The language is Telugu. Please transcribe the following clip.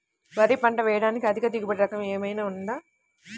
వరి పంట వేయటానికి అధిక దిగుబడి రకం ఏమయినా ఉందా?